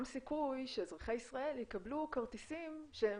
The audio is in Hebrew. סיכוי שאזרחי ישראל יקבלו כרטיסים שהם,